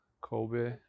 kobe